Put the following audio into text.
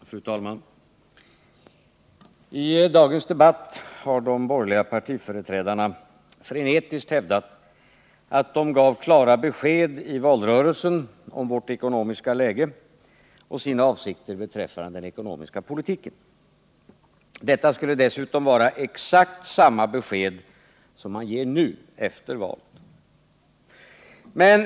Fru talman! I dagens debatt har de borgerliga partiföreträdarna frenetiskt hävdat att de gav klara besked i valrörelsen om vårt ekonomiska läge och sina avsikter beträffande den ekonomiska politiken. Detta skulle dessutom vara exakt samma besked som man ger nu, efter valet.